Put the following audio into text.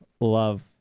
Love